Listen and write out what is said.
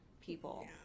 people